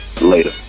later